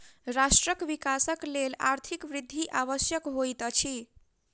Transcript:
राष्ट्रक विकासक लेल आर्थिक वृद्धि आवश्यक होइत अछि